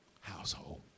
household